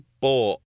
bought